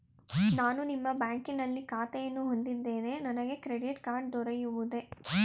ನಾನು ನಿಮ್ಮ ಬ್ಯಾಂಕಿನಲ್ಲಿ ಖಾತೆಯನ್ನು ಹೊಂದಿದ್ದೇನೆ ನನಗೆ ಕ್ರೆಡಿಟ್ ಕಾರ್ಡ್ ದೊರೆಯುವುದೇ?